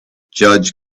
judge